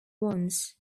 once